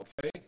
okay